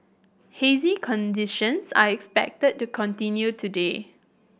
hazy conditions are expected to continue today